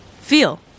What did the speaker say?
Feel